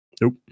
Nope